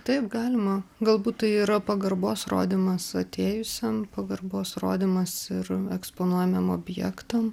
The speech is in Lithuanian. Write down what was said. taip galima galbūt tai yra pagarbos rodymas atėjusiam pagarbos rodymas ir eksponuojamiem objektam